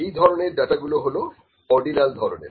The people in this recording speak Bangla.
এই ধরনের ডাটাগুলো হলো অর্ডিনাল ধরনের